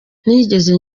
ntigeze